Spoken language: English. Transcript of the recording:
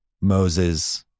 Moses-